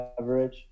average